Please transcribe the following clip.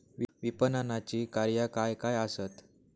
विपणनाची कार्या काय काय आसत?